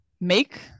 make